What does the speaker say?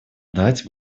дать